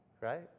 right